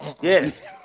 Yes